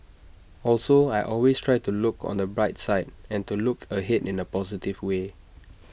also I always try to look on the bright side and to look ahead in A positive way